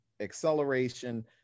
acceleration